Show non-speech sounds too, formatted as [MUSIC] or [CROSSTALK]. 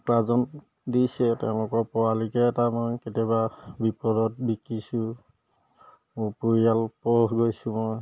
উপাৰ্জন দিছে তেওঁলোকৰ পোৱালিকে এটা মই কেতিয়াবা বিপদত বিকিছোঁ মোৰ পৰিয়াল [UNINTELLIGIBLE] মই